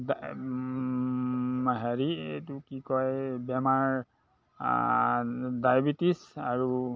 হেৰি এইটো কি কয় বেমাৰ ডায়েবেটিছ আৰু